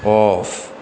off